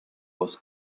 was